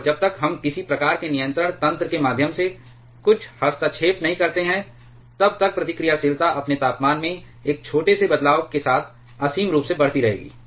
और जब तक हम किसी प्रकार के नियंत्रण तंत्र के माध्यम से कुछ हस्तक्षेप नहीं करते हैं तब तक प्रतिक्रियाशीलता अपने तापमान में एक छोटे से बदलाव के साथ असीम रूप से बढ़ती रहेगी